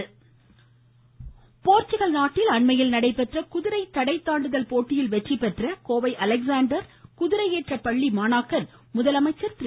முதலமைச்சர் வாழ்த்து போர்ச்சுக்கல் நாட்டில் அண்மையில் நடைபெற்ற குதிரை தடை தாண்டுதல் போட்டியில் வெற்றி பெற்ற கோவை அலெக்சாண்டர் குதிரையேற்ற பள்ளி மாணவர்கள் முதலமைச்சர் திரு